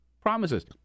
promises